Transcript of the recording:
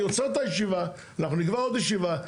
אני עוצר את הישיבה, אנחנו נקבע עוד ישיבה.